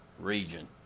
region